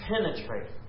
penetrate